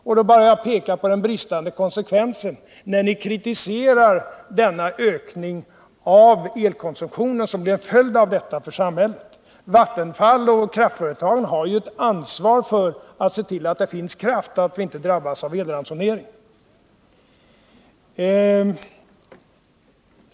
Då vill jag bara peka på den bristande konsekvensen när ni kritiserar denna ökning av elkonsumtionen som blir en följd för samhället av detta. Vattenfall och kraftföretagen har ju ett ansvar att se till att det finns kraft och att vi inte drabbas av elransonering.